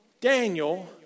Daniel